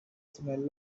smell